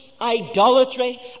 idolatry